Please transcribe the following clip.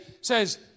says